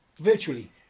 Virtually